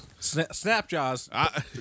Snapjaw's